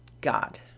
God